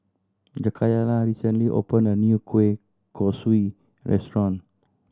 Jakayla recently opened a new kueh kosui restaurant